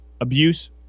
abuse